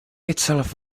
itself